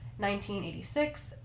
1986